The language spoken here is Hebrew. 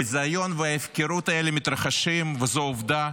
הביזיון וההפקרות האלה מתרחשים, וזו עובדה,